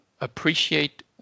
appreciate